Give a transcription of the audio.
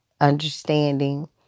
understanding